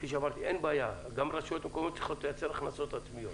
גם רשויות מקומיות צריכות לייצר הכנסות עצמיות,